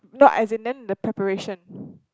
no as in then the preparation